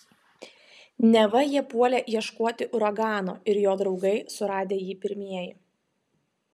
neva jie puolę ieškoti uragano ir jo draugai suradę jį pirmieji